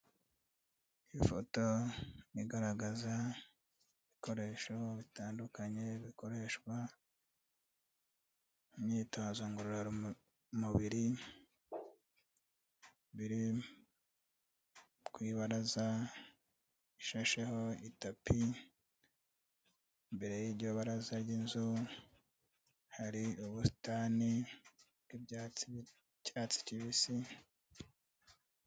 Ifoto igaragaza ibikoresho bitandukanye bikoreshwa imyitozo ngororamubiri biri ku ibaraza ishasheho itapi, imbere y'iryo baraza ry'inzu hari ubusitani bw'icyatsi kibisi.